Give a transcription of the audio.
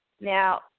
Now